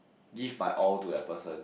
give my all to that person